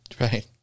Right